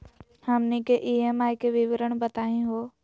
हमनी के ई.एम.आई के विवरण बताही हो?